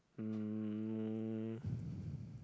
um